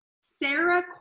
Sarah